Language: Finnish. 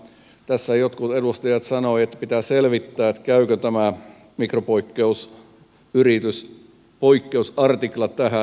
tässä jotkut edustajat sanoivat että pitää selvittää käykö tämä mikroyrityksiä koskeva poikkeusartikla tähän